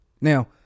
Now